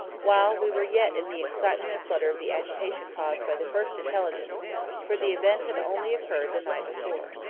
while we were yet in the excitement and flutter of the agitation caused by the first intelligence for the event had only occurred the night before.